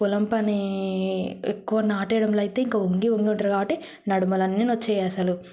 పొలం పని ఎక్కువ నాటడంలో అయితే ఇంకా వంగి వంగి ఉంటారు కాబట్టి నడుములన్ని నోచ్చేవి అసలు